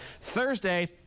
Thursday